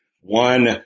one